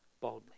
boldly